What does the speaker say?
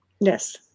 Yes